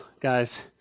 guys